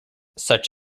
such